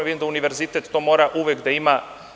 Vidim da univerzitet to mora uvek da ima.